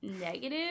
negative